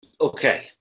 okay